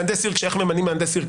כשאנחנו ממנים מהנדס עיר,